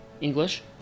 English